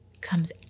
comes